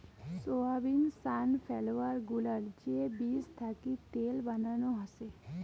soybean, sunflower গুলার যে বীজ থাকি তেল বানানো হসে